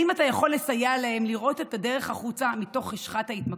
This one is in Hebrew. האם אתה יכול לסייע להם לראות את הדרך החוצה מתוך חשכת ההתמכרות?